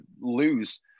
lose